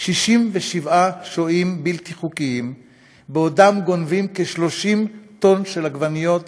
67 שוהים בלתי חוקיים בעודם גונבים כ-30 טון של עגבניות